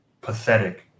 Pathetic